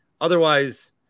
Otherwise